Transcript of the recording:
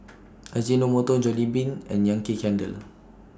Ajinomoto Jollibean and Yankee Candle